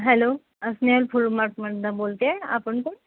hello Snehal full मार्कमधून बोलते आहे आपण कोण